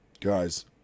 guys